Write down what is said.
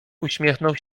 uśmiechnął